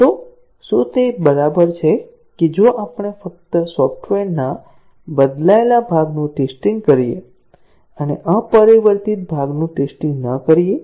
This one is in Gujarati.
તો શું તે બરાબર છે કે જો આપણે ફક્ત સોફ્ટવેરના બદલાયેલા ભાગનું ટેસ્ટીંગ કરીએ અને અપરિવર્તિત ભાગનું ટેસ્ટીંગ ન કરીએ